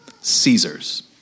Caesar's